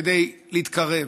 כדי להתקרב,